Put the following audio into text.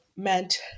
meant